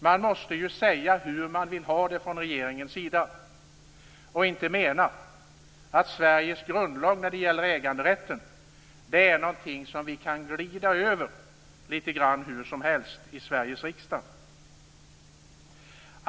Man måste säga hur man vill ha det från regeringens sida, och inte mena att Sveriges grundlag när det gäller äganderätten är något som vi kan glida över litet grand hur som helst i Sveriges riksdag.